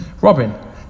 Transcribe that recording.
Robin